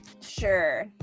Sure